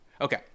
okay